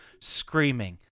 screaming